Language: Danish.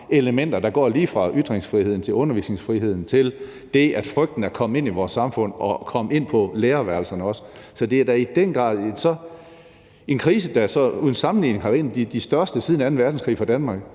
elementer, der går lige fra ytringsfriheden til undervisningsfriheden, til det, at frygten er kommet ind i vores samfund og også kommet ind på vores lærerværelser. Så det er da i den grad en krise, og det er en krise, der uden sammenligning har været en af de største siden anden verdenskrig for Danmark,